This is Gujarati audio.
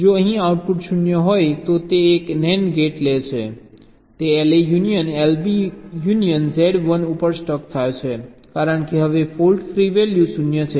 જો અહીં આઉટપુટ 0 હોય તો તે એક NAND ગેટ લે છે તે LA union LB union Z 1 ઉપર સ્ટક થાય છે કારણ કે હવે ફોલ્ટ ફ્રી વેલ્યુ 0 છે